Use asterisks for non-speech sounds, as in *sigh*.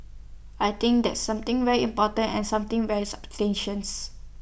I think that's something very important and something very substantial *unintelligible*